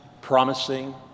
promising